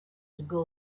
ago